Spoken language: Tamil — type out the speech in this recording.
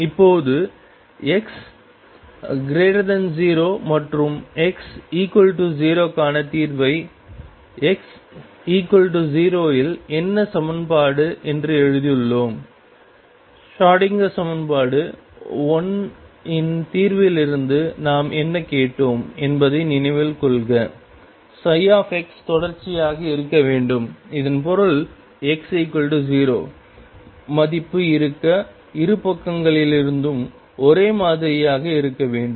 இப்போது x0 மற்றும் x0 க்கான தீர்வை x0 இல் என்ன சமன்பாடு என்று எழுதியுள்ளோம் ஷ்ரோடிங்கர் சமன்பாடு 1 இன் தீர்விலிருந்து நாம் என்ன கேட்டோம் என்பதை நினைவில் கொள்க ψ தொடர்ச்சியாக இருக்க வேண்டும் இதன் பொருள் x0 மதிப்பு இரு பக்கங்களிலிருந்தும் ஒரே மாதிரியாக இருக்க வேண்டும்